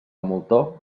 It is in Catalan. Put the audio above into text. moltó